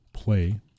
play